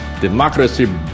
Democracy